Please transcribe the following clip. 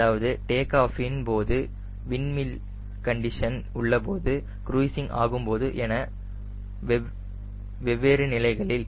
அதாவது டேக் ஆஃபின் போது விண்டு மில் கண்டிசன் உள்ளபோது க்ரூய்ஸிங் ஆகும்போது என வெவ்வேறு நிலைகளில்